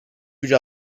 gücü